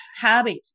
habit